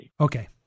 Okay